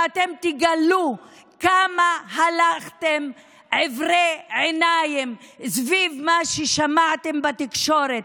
ואתם תגלו כמה הלכתם עיוורי עיניים סביב מה ששמעתם בתקשורת,